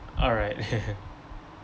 alright